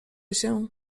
się